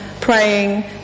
praying